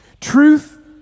Truth